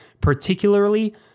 particularly